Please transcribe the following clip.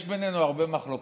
יש בינינו הרבה מחלוקות.